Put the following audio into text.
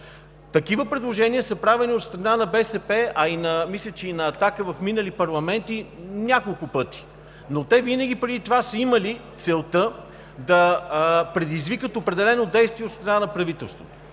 Такива предложения са правени от страна на БСП, а мисля, че и от „Атака“ в минали парламенти няколко пъти, но те винаги преди това са имали целта да предизвикат определено действие от страна на правителството.